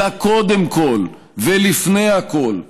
אלא, קודם כול ולפני הכול,